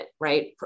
right